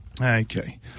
Okay